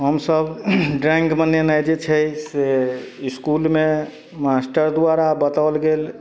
हमसब ड्राइंग बनेनाय जे छै से इसकुलमे मास्टर द्वारा बताओल गेल